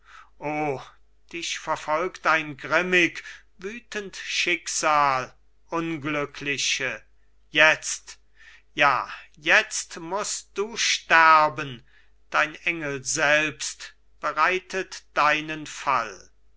dich verfolgt ein grimmig wütend schicksal unglückliche jetzt ja jetzt mußt du sterben dein engel selbst bereitet deinen fall